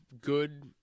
good